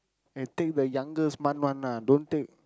I think the youngest one month lah don't take